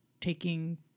taking